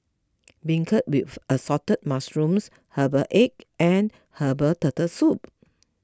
Beancurd with Assorted Mushrooms Herbal Egg and Herbal Turtle Soup